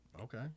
Okay